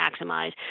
maximize